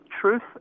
truth